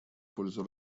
пользу